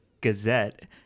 Gazette